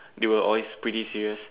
they were always pretty serious